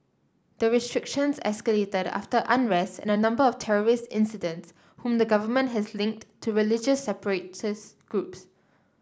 the restrictions escalated after unrest and a number of terrorist incidents whom the government has linked to religious separatist groups